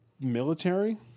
military